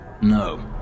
no